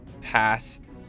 past